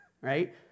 right